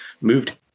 moved